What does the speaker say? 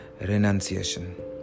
renunciation